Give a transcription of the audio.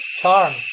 charm